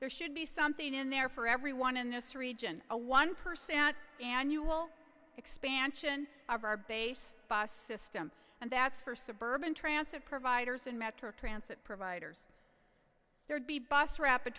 there should be something in there for everyone in this region a one percent annual expansion of our base system and that's for suburban trance of providers and metro transit providers there'd be bus rapid